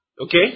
Okay